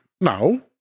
No